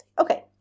Okay